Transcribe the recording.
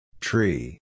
Tree